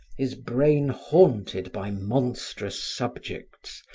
his brain haunted by monstrous subjects,